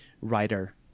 writer